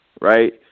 Right